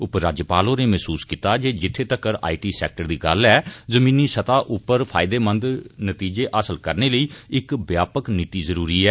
उप राज्यपाल होरें महसूस कीता जे जित्थे तक्कर आई टी सैक्टर दी गल्ल ऐ जमीनी स्तह उप्पर फायदेमंद नतीजे हासल करने लेई इक व्यापक नीति जरूरी ऐ